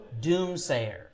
Doomsayer